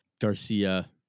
Garcia